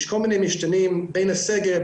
יש כל מיני משתנים בין סגר,